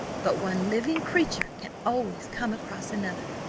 but one living creature can always come across another.